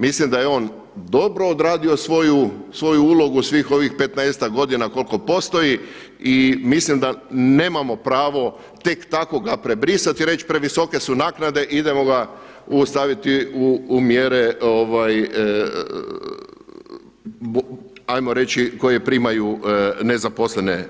Mislim da je on dobro odradio svoju ulogu svih ovih 15-ak godina koliko postoji i mislim da nemamo pravo tek tako ga prebrisati i reći previsoke su naknade, idemo ga staviti u mjere 'ajmo reći koje primaju